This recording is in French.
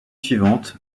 suivantes